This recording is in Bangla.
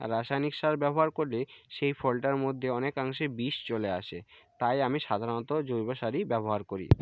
আর রাসায়নিক সার ব্যবহার করলে সেই ফলটার মধ্যে অনেকাংশে বিষ চলে আসে তাই আমি সাধারণত জৈব সারই ব্যবহার করি